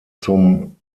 zum